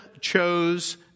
chose